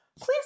please